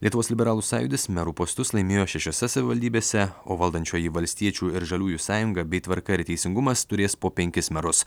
lietuvos liberalų sąjūdis merų postus laimėjo šešiose savivaldybėse o valdančioji valstiečių ir žaliųjų sąjunga bei tvarka ir teisingumas turės po penkis merus